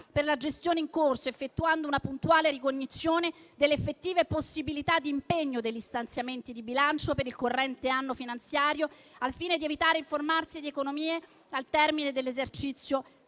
per la gestione in corso, effettuando una puntuale ricognizione delle effettive possibilità di impegno degli stanziamenti di bilancio per il corrente anno finanziario, al fine di evitare il formarsi di economie al termine dell'esercizio